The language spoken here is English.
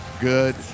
good